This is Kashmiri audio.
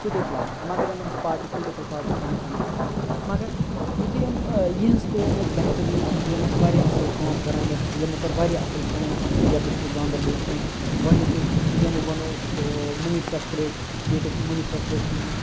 سُہ تہِ اوس لارَس مگر یِمَن ٲس پاٹی پُلٹِکَل پاٹی پںٕںۍ پنٕنۍ الگ مگر یُتھُے یِم یِہٕنٛز کٲم ٲس بہتریٖن یِم ٲسۍ واریاہ اَصٕل کٲم کَران یَتھ یِمو کٔر واریاہ اَصٕل کٲم یَتھ ڈِسٹِرٛک گاندَربَلَس منٛز گۄڈنِکُے یِمو بَنوو مٔنی سٮ۪کٹرٛیٹ ییٚتہِ اوس نہٕ مٔنی سٮ۪کٹرٛیٹ کِہیٖنۍ